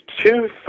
two